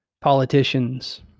politicians